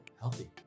Healthy